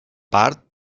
part